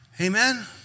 Amen